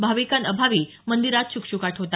भाविकांअभावी मंदीरात श्रकश्रकाट होता